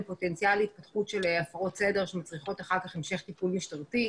פוטנציאל התפתחות של הפרות סדר שהן צריכות אחר כך המשך טיפול משטרתי.